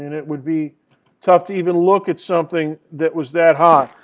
it would be tough to even look at something that was that hot.